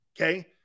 Okay